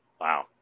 Wow